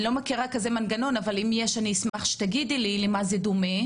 אני לא מכירה כזה מנגנון אבל אם יש אני אשמח שתגידי לי למה זה דומה.